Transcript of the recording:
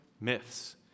myths